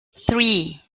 three